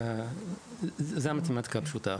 זאת המתמטיקה הפשוטה.